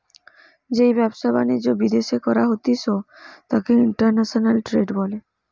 যেই ব্যবসা বাণিজ্য বিদ্যাশে করা হতিস তাকে ইন্টারন্যাশনাল ট্রেড বলে